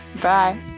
Bye